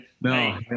No